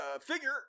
figure